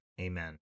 Amen